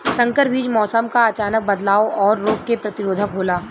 संकर बीज मौसम क अचानक बदलाव और रोग के प्रतिरोधक होला